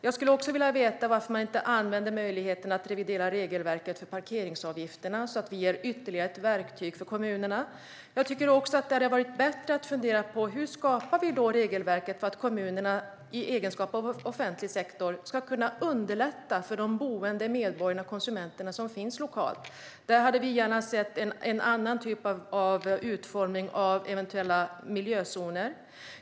Jag skulle också vilja veta varför man inte använder möjligheten att revidera regelverket för parkeringsavgifterna, så att vi ger kommunerna ytterligare ett verktyg. Jag tycker också att det hade varit bättre att fundera på hur vi skapar regelverket för att kommunerna i egenskap av offentlig sektor ska kunna underlätta för de boende medborgarna och konsumenterna som finns lokalt. Där hade vi gärna sett en annan typ av utformning av eventuella miljözoner.